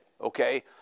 okay